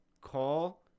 call